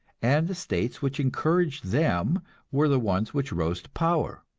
and the states which encouraged them were the ones which rose to power.